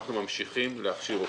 אנחנו ממשיכים להכשיר רופאים.